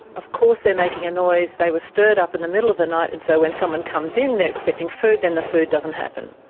of course they were making a noise. they were stirred up in the middle of the night. and so when someone comes in, they're expecting food, then the food doesn't happen.